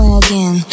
again